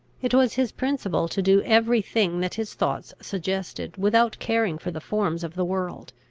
it was his principle to do every thing that his thoughts suggested, without caring for the forms of the world.